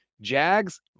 Jags